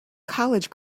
college